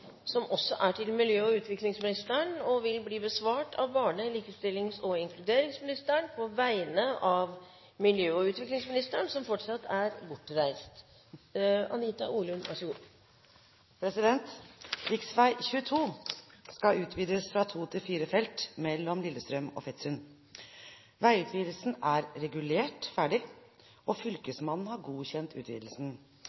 miljø- og utviklingsministeren, vil bli besvart av barne-, likestillings- og inkluderingsministeren på vegne av miljø- og utviklingsministeren, som fortsatt er bortreist. «Riksveg 22 skal utvides fra to til fire felt mellom Lillestrøm og Fetsund. Vegutvidelsen er ferdig regulert, og